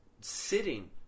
Sitting